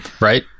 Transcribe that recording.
Right